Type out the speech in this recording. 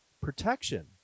protection